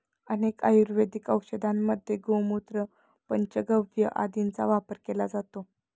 अनेक आयुर्वेदिक औषधांमध्ये गोमूत्र, पंचगव्य आदींचा वापर केला जातो